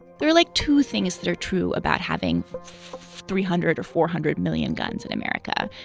there like two things that are true about having three hundred or four hundred million guns in america.